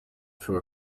for